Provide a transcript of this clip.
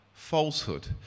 Falsehood